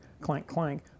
clank-clank